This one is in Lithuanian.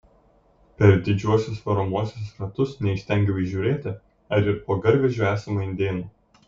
per didžiuosius varomuosius ratus neįstengiau įžiūrėti ar ir po garvežiu esama indėnų